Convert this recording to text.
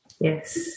Yes